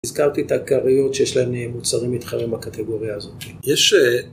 הזכרתי את הכריות שיש להן מוצרים מתחרים בקטגוריה הזאת. יש אה.